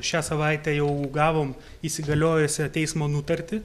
šią savaitę jau gavom įsigaliojusią teismo nutartį